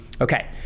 Okay